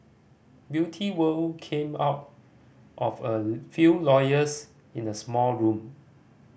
Beauty World came out of a few lawyers in the small room